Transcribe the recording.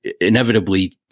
inevitably